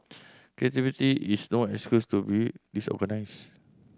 creativity is no excuse to be disorganised